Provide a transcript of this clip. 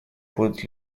будут